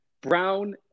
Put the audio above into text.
Brown